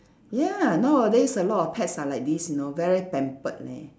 ya nowadays a lot of pets are like this you know very pampered leh